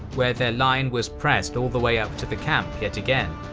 where their line was pressed all the way ah to the camp yet again.